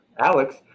Alex